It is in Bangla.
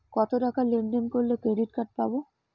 কতটাকা লেনদেন করলে ক্রেডিট কার্ড পাব?